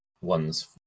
ones